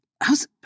how's